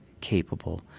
capable